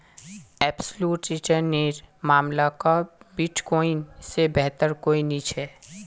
absolute return नेर मामला क बिटकॉइन से बेहतर कोई नी छे